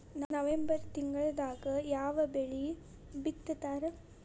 November ತಿಂಗಳದಾಗ ಯಾವ ಬೆಳಿ ಬಿತ್ತತಾರ?